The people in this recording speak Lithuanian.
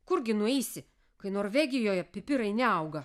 kurgi nueisi kai norvegijoje pipirai neauga